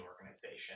organization